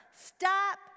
stop